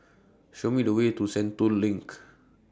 Show Me The Way to Sentul LINK